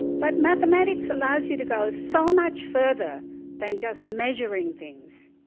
but mathematics allows you to go so much further than just measuring things.